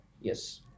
Yes